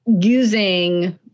using